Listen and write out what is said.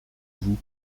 vous